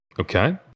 Okay